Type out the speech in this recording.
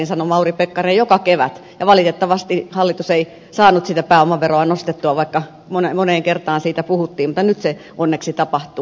näin sanoi mauri pekkarinen joka kevät ja valitettavasti hallitus ei saanut sitä pääomaveroa nostettua vaikka moneen kertaan siitä puhuttiin mutta nyt se onneksi tapahtuu